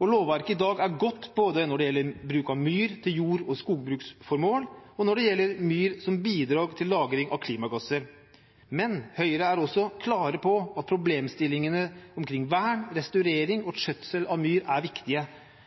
Lovverket i dag er godt både når det gjelder bruk av myr til jord- og skogbruksformål, og når det gjelder myr som bidrag til lagring av klimagasser. Men Høyre er også klare på at problemstillingene omkring vern, restaurering og skjøtsel av myr er viktige,